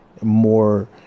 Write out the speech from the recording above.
more